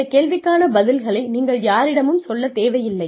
இந்த கேள்விக்கான பதில்களை நீங்கள் யாரிடமும் சொல்லத் தேவையில்லை